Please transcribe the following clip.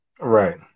Right